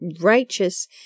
righteous